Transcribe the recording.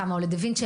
כמה עולה דה וינצ'י,